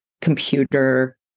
computer